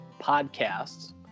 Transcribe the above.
podcasts